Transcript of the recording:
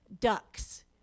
ducks